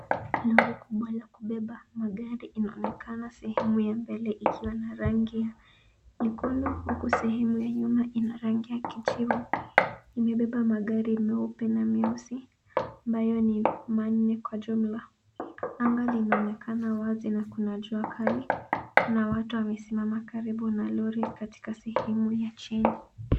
Lori kubwa ya kubeba magari inaonekana sehemu ya mbele ikiwa na rangi nyekundu huku sehemu ya nyuma ina rangi ya kijivu. Imebeba magari meupe na meusi ambayo ni manne kwa jumla. Anga linaonekana wazi na kuna jua kali. Kuna watu wamesimama karibu na lori katika sehemu ya chini.